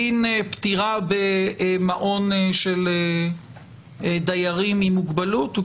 דין פטירה במעון של דיירים עם מוגבלות הוא